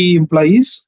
employees